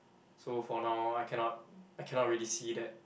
so for now I cannot I cannot really see that